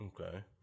Okay